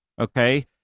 okay